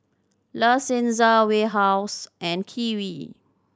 La Senza Warehouse and Kiwi